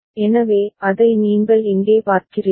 எனவே அதை நீங்கள் இங்கே பார்க்கிறீர்கள்